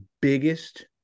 biggest